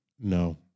No